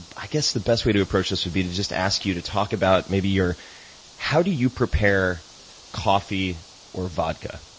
i guess the best way to approach this would be to just ask you to talk about maybe how do you prepare coffee or vodka?